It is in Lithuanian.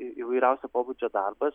įvairiausio pobūdžio darbas